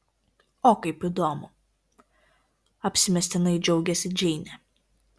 o kaip įdomu apsimestinai džiaugėsi džeinė